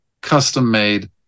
custom-made